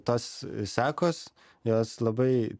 tos sekos jos labai